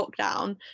lockdown